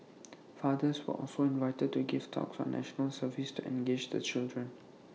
fathers were also invited to give talks on National Service to engage the children